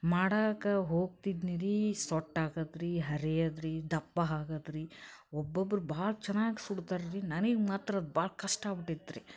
ಮಾಡಕ್ಕ ಹೋಗ್ತಿದ್ನಿ ರೀ ಸೊಟ್ಟಾಗೋದ್ ರೀ ಹರಿಯೋದ್ ರೀ ದಪ್ಪ ಆಗದ್ ರೀ ಒಬ್ಬೊಬ್ಬರು ಭಾಳ ಚೆನ್ನಾಗಿ ಸುಡ್ತಾರೆ ರೀ ನನಗೆ ಮಾತ್ರ ಭಾಳ ಕಷ್ಟ ಆಗ್ಬಿಟ್ಟಿತ್ತು ರೀ